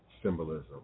symbolism